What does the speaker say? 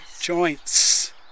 Joints